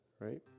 right